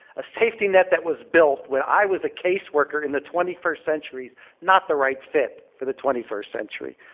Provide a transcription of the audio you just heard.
a safety net that was built when i was a case worker in the twenty first century is not the right fit for the twenty one century.